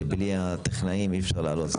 שבלי הטכנאים אי אפשר לעלות.